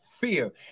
fear